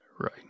Right